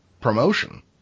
promotion